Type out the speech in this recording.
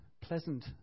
pleasant